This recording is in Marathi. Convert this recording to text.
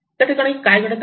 त्या ठिकाणी काय घडत आहे